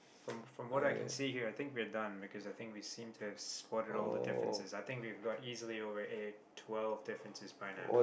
from from what I can see here I think we're done because I think we have seem to have spotted all the differences I think we have got easily over eight twelve differences by now